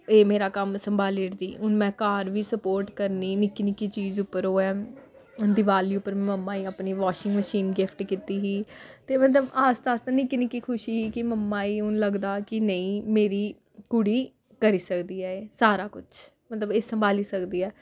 एह् मेरा कम्म संभाली ओड़दी हून में घर बी सपोर्ट करनी निक्की निक्की चीज उप्पर होऐ दिवाली उप्पर में मम्मा गी अपनी वाशिंग मशीन गिफ्ट कीती ही ते मतलब आस्ता आस्ता निक्की निक्की खुशी ही कि मम्मा गी हून लगदा कि नेईं मेरी कुड़ी करी सकदी ऐ एह् सारा कुछ मतलब एह् संभाली सकदी ऐ